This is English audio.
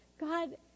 God